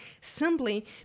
simply